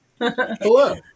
Hello